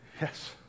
Yes